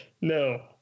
No